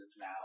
now